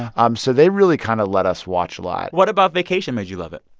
um so they really kind of let us watch a lot what about vacation made you love it?